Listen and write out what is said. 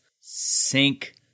sink